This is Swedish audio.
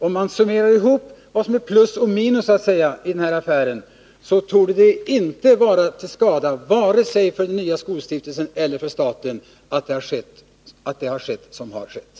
Om man summerar ihop vad som så att säga är plus och minus i den här affären, torde man finna att det som skett inte har varit till skada vare sig för den nya skolstiftelsen eller för staten.